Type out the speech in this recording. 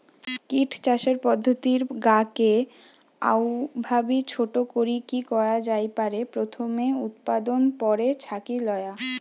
kit চাষের পদ্ধতির গা কে অউভাবি ছোট করিকি কয়া জাই পারে, প্রথমে উতপাদন, পরে ছাকি লয়া